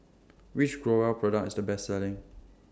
Which Growell Product IS The Best Selling